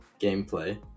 gameplay